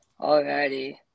Alrighty